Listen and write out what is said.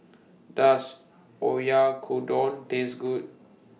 Does Oyakodon Taste Good